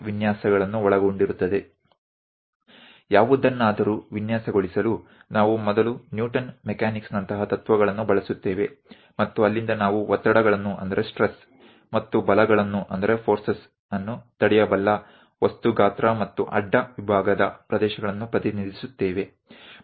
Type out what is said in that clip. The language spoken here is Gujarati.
કોઈપણ વસ્તુની ડિઝાઇન કરવા માટે સહુ પ્રથમ આપણે ન્યુટન મિકેનિક્સ જેવા સિદ્ધાંતોનો ઉપયોગ કરીએ છીએ અને ત્યાંથી આપણે ઓબ્જેક્ટ નો વસ્તુ નો આકાર માપ size અને ત્રાંસા છેદનો વિસ્તાર ક્રોસ સેકશનલ એરિયા મેળવીએ છીએ જે તાણ અને બળોને અટકાવી શકે છે